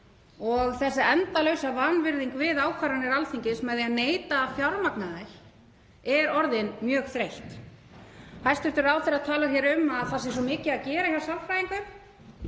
Þessi endalausa vanvirðing við ákvarðanir Alþingis með því að neita að fjármagna þær er orðin mjög þreytt. Hæstv. ráðherra talar hér um að það sé svo mikið að gera hjá sálfræðingum,